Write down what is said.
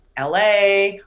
LA